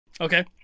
Okay